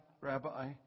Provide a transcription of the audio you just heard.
Rabbi